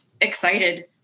excited